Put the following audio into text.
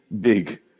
big